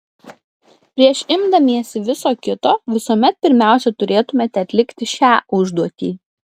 prieš imdamiesi viso kito visuomet pirmiausia turėtumėte atlikti šią užduotį